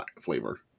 flavor